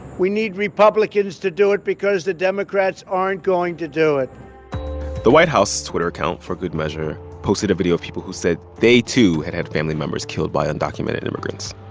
we need republicans to do it because the democrats aren't going to do it the white house's twitter account, for good measure, posted a video of people who said they, too, had had family members killed by undocumented immigrants.